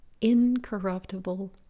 incorruptible